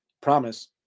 promise